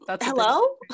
hello